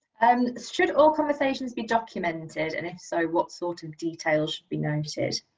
um should all conversations be documented and if so what sort of details should be noted?